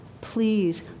please